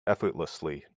effortlessly